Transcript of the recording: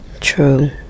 True